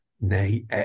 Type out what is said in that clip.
nay